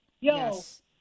Yes